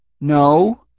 No